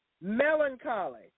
melancholy